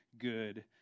good